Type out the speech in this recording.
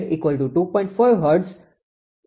આ R છે